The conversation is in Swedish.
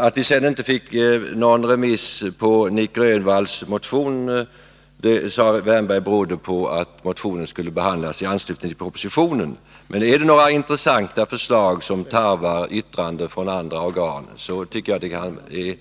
Att vi inte fick Nic Grönvalls motion remitterad berodde enligt Erik Wärnberg på att den skulle behandlas i anslutning till propositionen. Men det gällde här intressanta förslag som tarvade yttrande från andra organ, och då tycker jag att det hade varit